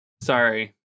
sorry